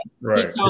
Right